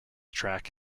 track